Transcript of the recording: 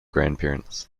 grandparents